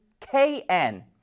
KN